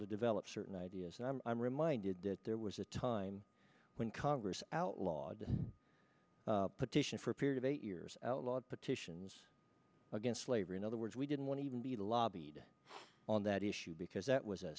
to develop certain ideas and i'm reminded that there was a time when congress outlawed petition for a period eight years outlawed petitions against slavery in other words we didn't want to even be lobbied on that issue because that was a